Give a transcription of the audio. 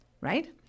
right